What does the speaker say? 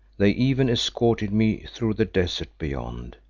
they even escorted me through the desert beyond,